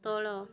ତଳ